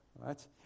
right